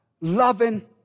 loving